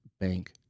bank